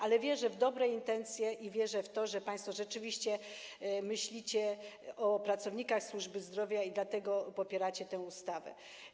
Ale wierzę w dobre intencje i wierzę w to, że państwo rzeczywiście myślicie o pracownikach służby zdrowia i dlatego popieracie tę ustawę.